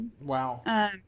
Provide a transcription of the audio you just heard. Wow